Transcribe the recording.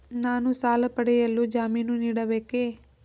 ನಾನು ಸಾಲ ಪಡೆಯಲು ಜಾಮೀನು ನೀಡಬೇಕೇ?